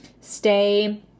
stay